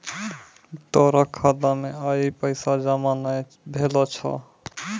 तोरो खाता मे आइ पैसा जमा नै भेलो छौं